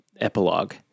epilogue